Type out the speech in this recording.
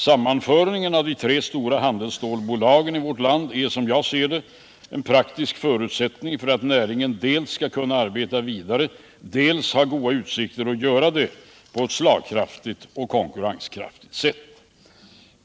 Sammanföringen av de tre stora handelsstålverken i vårt land är, som jag ser det, en praktisk förutsättning för att näringen dels skall kunna arbeta vidare, dels ha goda utsikter att arbeta på ett slagkraftigt och konkurrenskraftigt sätt.